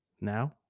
Now